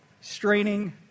straining